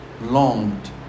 longed